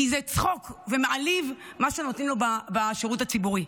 כי זה צחוק ומעליב מה שנותנים לו בשירות הציבורי.